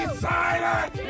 silent